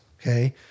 Okay